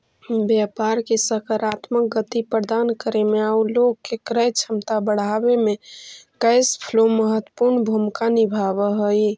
व्यापार के सकारात्मक गति प्रदान करे में आउ लोग के क्रय क्षमता बढ़ावे में कैश फ्लो महत्वपूर्ण भूमिका निभावऽ हई